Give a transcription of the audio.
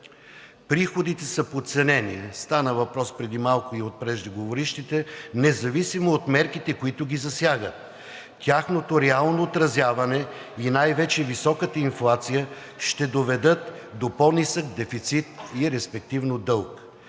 Приходите са подценени, стана въпрос преди малко и от преждеговорившите, независимо от мерките, които ги засягат. Тяхното реално отразяване и най-вече високата инфлация ще доведат до по-нисък дефицит и респективно дълг.